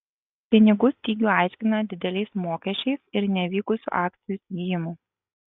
pinigų stygių aiškina dideliais mokesčiais ir nevykusiu akcijų įsigijimu